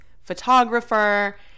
photographer